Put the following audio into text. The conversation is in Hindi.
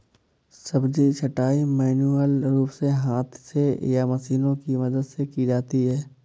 सब्जी छँटाई मैन्युअल रूप से हाथ से या मशीनों की मदद से की जाती है